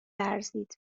لرزید